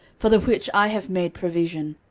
for the which i have made provision.